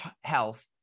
health